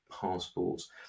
passports